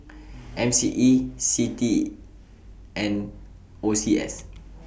M C E CITI and O C S